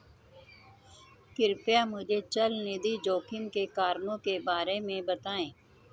कृपया मुझे चल निधि जोखिम के कारणों के बारे में बताएं